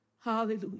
Hallelujah